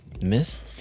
missed